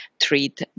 treat